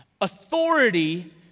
Authority